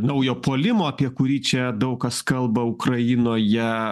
naujo puolimo apie kurį čia daug kas kalba ukrainoje